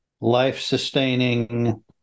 life-sustaining